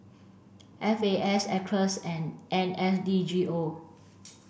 F A S Acres and N S D G O